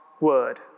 word